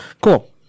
Cool